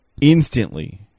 instantly